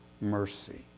mercy